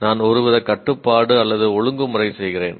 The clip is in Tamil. நான் ஒருவித கட்டுப்பாடு அல்லது ஒழுங்குமுறை செய்கிறேன்